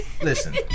Listen